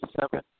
seven